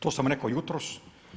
To sam rekao jutros.